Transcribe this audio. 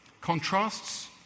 Contrasts